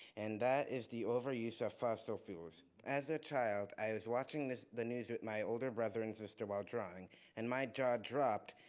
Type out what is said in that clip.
and that is the overuse of fossil fuels. as a child, i was watching the news with my older brother and sister while driving and my jaw dropped.